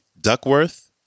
Duckworth